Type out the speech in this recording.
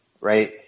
Right